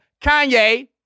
Kanye